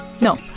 No